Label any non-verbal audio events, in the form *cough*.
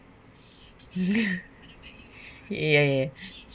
*laughs* ya ya